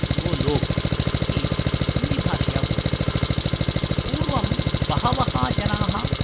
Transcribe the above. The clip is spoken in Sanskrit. वो लोग् इति हिन्दिभाषया भवति स्म पूर्वं बहवः जनाः